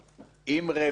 רמ"י,